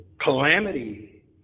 calamity